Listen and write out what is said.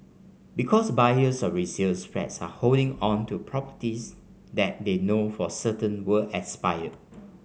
because buyers of resale flats are holding on to properties that they know for certain will expire